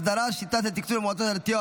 הסדרת שיטת התקצוב למועצות הדתיות